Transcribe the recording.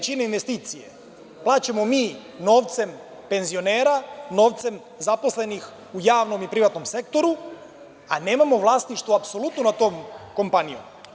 Dve trećine investicije plaćamo mi novcem penzionera, novcem zaposlenih u javnom i privatnom sektoru, a nemamo vlasništvo apsolutno nad tom kompanijom.